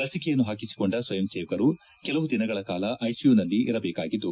ಲಸಿಕೆಯನ್ನು ಹಾಕಿಸಿಕೊಂಡ ಸ್ವಯಂ ಸೇವಕರು ಕೆಲವು ದಿನಗಳ ಕಾಲ ಐಸಿಯು ನಲ್ಲಿ ಇರಬೇಕಾಗಿದ್ದು